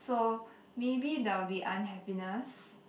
so maybe there'll be unhappiness